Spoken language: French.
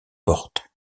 portes